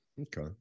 Okay